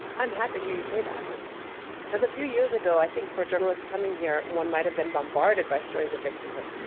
i'm happy to hear you say that because a few years ago, i think, for a journalist coming here, one might have been bombarded by stories of victimhood.